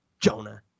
Jonah